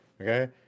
okay